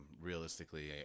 realistically